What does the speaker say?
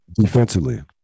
defensively